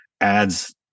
adds